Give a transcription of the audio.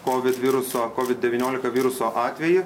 covid viruso covid devyniolika viruso atvejį